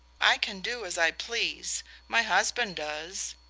i can do as i please my husband does.